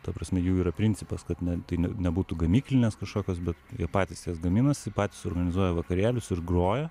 ta prasme jų yra principas kad ne tai ne nebūtų gamyklinės kažkokios bet jie patys jas gaminasi patys organizuoja vakarėlius ir groja